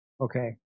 okay